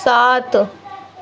سات